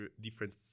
different